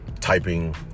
Typing